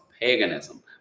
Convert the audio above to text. paganism